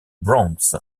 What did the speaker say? bronx